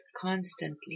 constantly